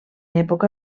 època